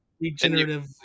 regenerative